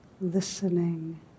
listening